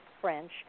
French